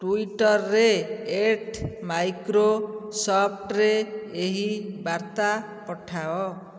ଟୁଇଟରରେ ଏଟ୍ ମାଇକ୍ରୋସଫ୍ଟରେ ଏହି ବାର୍ତ୍ତା ପଠାଅ